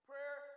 Prayer